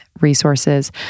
resources